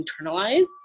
internalized